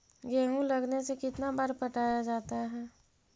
गेहूं लगने से कितना बार पटाया जाता है?